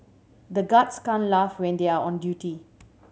the guards can't laugh when they are on duty